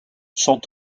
sont